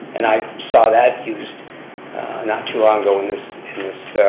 and i saw that used not too long ago in this